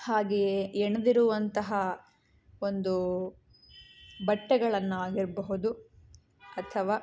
ಹಾಗೆ ಹೆಣ್ದಿರುವಂತಹ ಒಂದು ಬಟ್ಟೆಗಳನ್ನಾಗಿರಬಹುದು ಅಥವಾ